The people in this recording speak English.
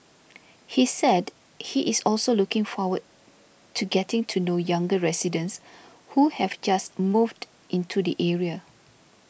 he said he is also looking forward to getting to know younger residents who have just moved into the area